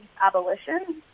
abolition